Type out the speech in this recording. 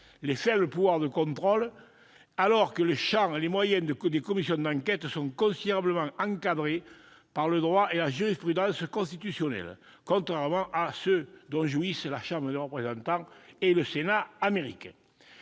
les faibles pouvoirs de contrôle, alors que le champ et les moyens des commissions d'enquête sont considérablement encadrés par le droit et la jurisprudence constitutionnels, contrairement à ceux dont jouissent la Chambre des représentants et le Sénat américains.